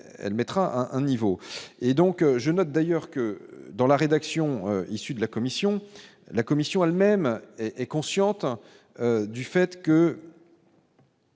elle mettra un niveau et donc je note d'ailleurs que dans la rédaction, issu de la commission, la commission elle-même est consciente du fait que.